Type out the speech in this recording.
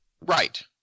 Right